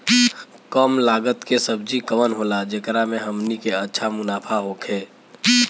कम लागत के सब्जी कवन होला जेकरा में हमनी के अच्छा मुनाफा होखे?